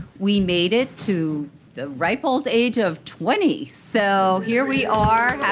we made it to the ripe old age of twenty. so here we are.